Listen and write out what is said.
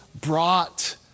brought